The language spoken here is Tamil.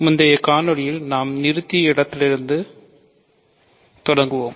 முந்தைய காணொளியில் நாம் நிறுத்திய இடத்திலிருந்து தொடங்குவோம்